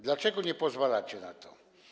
Dlaczego nie pozwalacie na to?